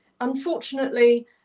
unfortunately